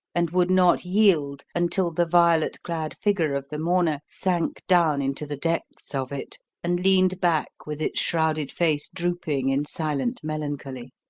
and would not yield until the violet-clad figure of the mourner sank down into the depths of it and leaned back with its shrouded face drooping in silent melancholy.